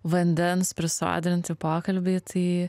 vandens prisodrinti pokalbiai tai